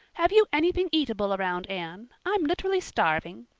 have you anything eatable around, anne? i'm literally starving.